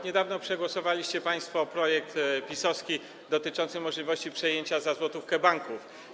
Niedawno przegłosowaliście państwo projekt PiS-owski dotyczący możliwości przejęcia za złotówkę banków.